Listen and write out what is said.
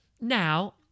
Now